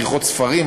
כריכות ספרים,